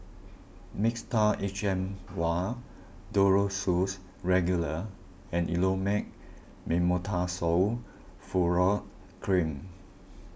Mixtard H M Vial Duro Tuss Regular and Elomet Mometasone Furoate Cream